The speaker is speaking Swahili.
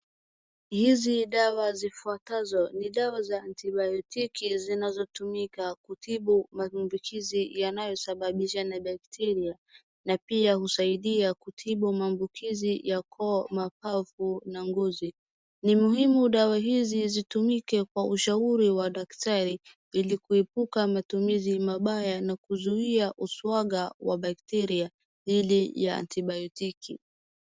Hizi dawa zifuatazo ni dawa za antibayotiki zinazotumika kutibu maambukizi yanayosababishwa na bakteria na pia husaidia kutibu maambukizi ya koo, mapafu na ngozi. Ni muhimu dawa hizi zitumike kwa ushauri wa daktari ili kuepuka matumizi mabaya na kuzuia usuaga wa bakteria ile ya antibayotiki.